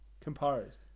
Composed